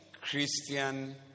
Christian